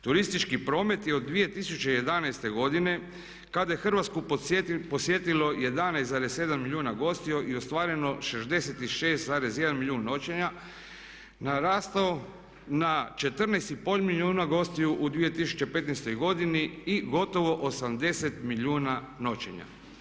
Turistički promet je od 2011. godine kada je Hrvatsku posjetilo 11,7 milijuna gostiju i ostvareno 66,1 milijun noćenja narastao na 14,5 milijuna gostiju u 2015. godini i gotovo 80 milijuna noćenja.